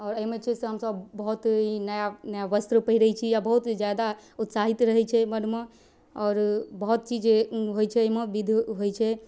आओर अइमे छै से हमसब बहुत ही नया नया वस्त्र पहिरै छी या बहुत जादा उत्साहित रहै छै मनमे आओर बहुत चीज होइ छै अइमे विध होइ छै